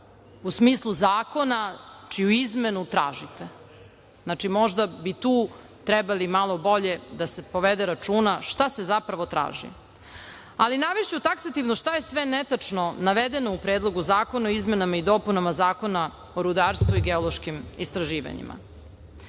u smislu zakona čiju izmenu tražite. Možda bi tu trebali malo bolje da se povede računa šta se zapravo traži. Navešću taksativno šta je sve netačno navedeno u Predlogu zakona o izmenama i dopunama Zakona o rudarstvu i geološkim istraživanjima. Prvo